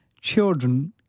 children